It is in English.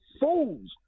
fools